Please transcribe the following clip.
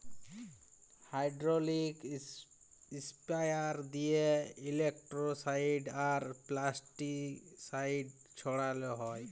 hydraulic sprayer দিঁয়ে insecticide আর pesticide ছড়াল হ্যয়